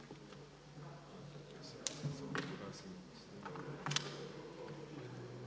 hvala vam.